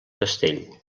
castell